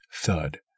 thud